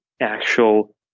actual